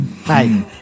Hey